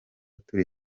turi